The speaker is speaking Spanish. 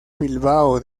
bilbao